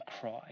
cry